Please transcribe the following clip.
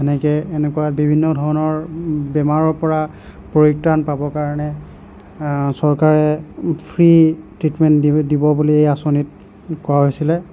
এনেকৈ এনেকুৱা বিভিন্ন ধৰণৰ বেমাৰৰ পৰা পৰিত্ৰাণ পাবৰ কাৰণে চৰকাৰে ফ্ৰী ট্ৰিটমেণ্ট দিব বুলি আঁচনিত কোৱা হৈছিলে